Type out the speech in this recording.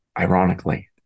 ironically